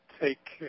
take